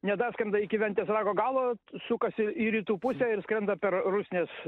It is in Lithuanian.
nedaskrenda iki ventės rago galo sukasi į rytų pusę ir skrenda per rusnės